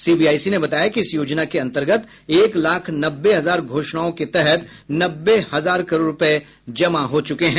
CBIC ने बताया कि इस योजना के अंतर्गत एक लाख नब्बे हजार घोषणाओं के तहत नब्बे हजार करोड़ रुपये जमा हो चुके हैं